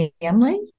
family